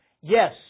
Yes